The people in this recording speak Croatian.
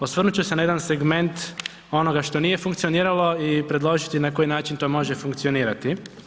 Osvrnuti ću se na jedan segment onoga što nije funkcioniralo i predložiti na koji način to može funkcionirati.